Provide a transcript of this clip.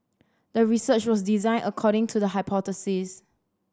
the research was designed according to the hypothesis